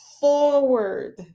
forward